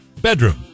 bedroom